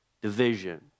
division